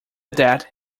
that